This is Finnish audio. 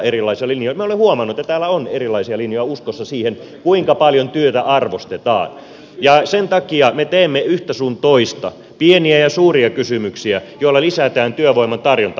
minä olen huomannut että täällä on erilaisia linjoja uskossa siihen kuinka paljon työtä arvostetaan ja sen takia me teemme yhtä sun toista pieniä ja suuria kysymyksiä joilla lisätään työvoiman tarjontaa